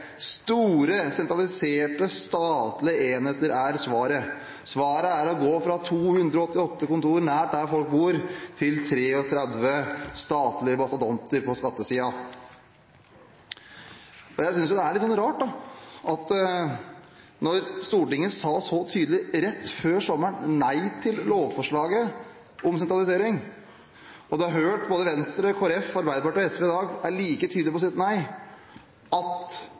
Store, sentraliserte statlige enheter er svaret. Svaret er å gå fra 288 kontorer nær der folk bor, til 33 statlige mastodonter på skattesiden. Jeg synes det er litt rart, når Stortinget så tydelig rett før sommeren sa nei til lovforslaget om sentralisering, og vi har hørt at både Venstre, Kristelig Folkeparti, Arbeiderpartiet og SV i dag er like tydelige på sitt nei, at